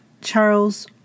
Charles